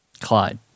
Clyde